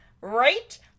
Right